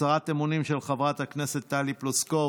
הצהרת אמונים של חברת הכנסת טלי פלוסקוב.